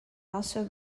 also